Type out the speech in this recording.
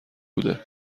بوده